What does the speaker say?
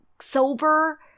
sober